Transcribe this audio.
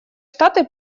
штаты